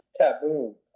taboo